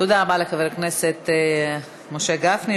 תודה רבה לחבר הכנסת משה גפני,